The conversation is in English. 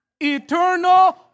eternal